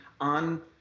on